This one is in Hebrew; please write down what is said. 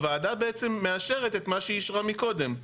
הוועדה בעצם מאשרת את מה שהיא אישרה מקודם.